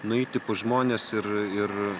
nueiti pas žmones ir ir